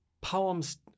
poems